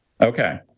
Okay